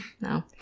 No